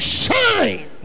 shine